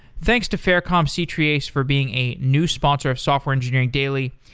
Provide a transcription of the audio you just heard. thanks to faircom c-treeace for being a new sponsor of software engineering daily,